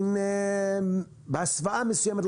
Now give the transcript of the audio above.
בהסוואה מסוימת,